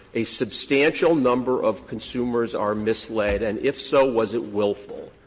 a substantial number of consumers are misled, and if so, was it willful.